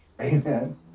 Amen